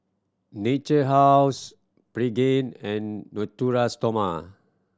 Natura House Pregain and Natura Stoma